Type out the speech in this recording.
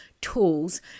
tools